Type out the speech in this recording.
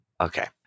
Okay